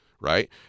right